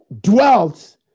dwelt